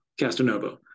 Castanovo